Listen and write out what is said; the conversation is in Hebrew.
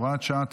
הוראת שעה),